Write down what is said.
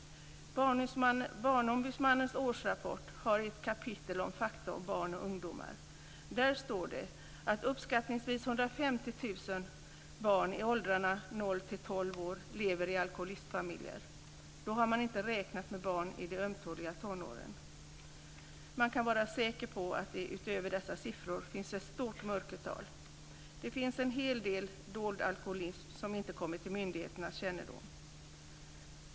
Barnombudsmannens årsrapport har ett kapitel med fakta om barn och ungdomar. Där står det att uppskattningsvis 150 000 barn i åldrarna 0-12 år lever i alkoholistfamiljer. Då har man inte räknat med barn i de ömtåliga tonåren. Man kan vara säker på att det utöver dessa siffror finns ett stort mörkertal. Det finns en hel del dold alkoholism som inte kommer till myndigheternas kännedom.